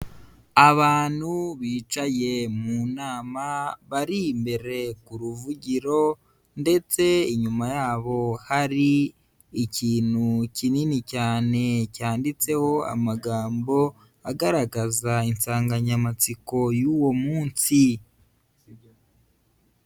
Abantu bicaye mu nama bari imbere ku ruvugiro ndetse inyuma ya bo hari ikintu kinini cyane cyanditseho amagambo agaragaza insanganyamatsiko y'uwo munsi.